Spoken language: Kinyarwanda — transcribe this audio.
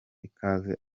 ikaze